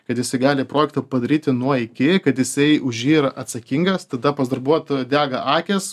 kad jisai gali projektą padaryti nuo iki kad jisai už jį ir atsakingas tada pas darbuotoją dega akys